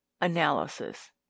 Analysis